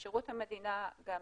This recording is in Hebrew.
לשירות המדינה יש גם